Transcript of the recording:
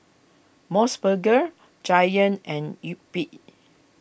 Mos Burger Giant and Yupi